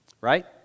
right